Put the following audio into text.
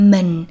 Mình